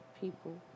people